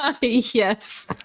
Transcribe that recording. Yes